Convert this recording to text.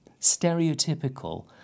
stereotypical